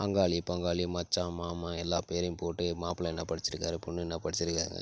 அங்காளி பங்காளி மச்சான் மாமா எல்லாப் பேரையும் போட்டு மாப்பிள என்ன படிச்சிருக்கார் பொண்ணு என்ன படிச்சிருக்காங்க